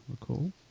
recall